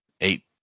eight